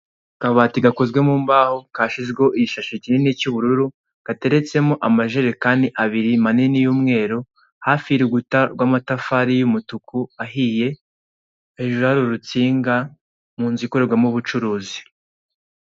Akabati gakozwe mu mbaho kashyizweho igishashi kinini cy'ubururu, gateretsemo amajerekani abiri manini y'umweru, hafi y'urukuta rw'amatafari y'umutuku ahiye, hejuru hari urutsinga, mu nzu ikorerwamo ubucuruzi.